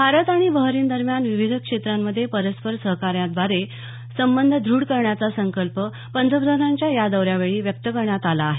भारत आणि बहरीन दरम्यान विविध क्षेत्रांमध्ये परस्पर सहकार्याद्वारे संबंध दुढ करण्याचा संकल्प पंतप्रधानांच्या या दौऱ्यावेळी व्यक्त करण्यात आला आहे